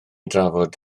drafod